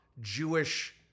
Jewish